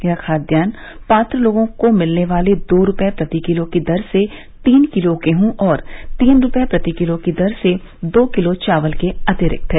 यह खाद्यान्न पात्र लोगों को मिलने वाले दो रूपये प्रति किलो की दर से तीन किलो गेहूँ और तीन रूपये प्रति किलो की दर से दो किलो चावल के अतिरिक्त है